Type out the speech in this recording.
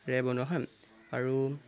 ৰে বনোৱা হয় আৰু